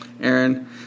Aaron